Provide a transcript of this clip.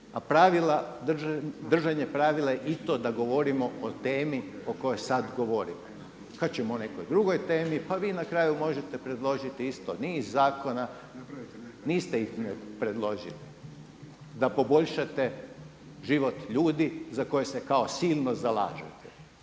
A držanje pravila i to da govorimo o temi o kojoj sad govorimo. Kad ćemo o nekoj drugoj temi, pa vi na kraju možete predložiti isto niz zakona. Niste ih predložili da poboljšate život ljudi za koje se kao silno zalažete,